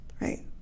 right